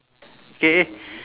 K